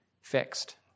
fixed